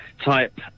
type